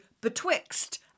BETWIXT